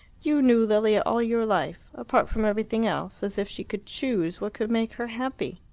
you knew lilia all your life. apart from everything else as if she could choose what could make her happy!